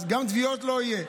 אז גם תביעות לא יהיו.